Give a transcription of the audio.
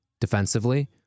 defensively